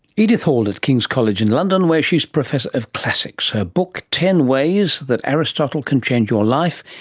edith hall of kings college in london where she is professor of classics. her book, ten ways that aristotle can change your life,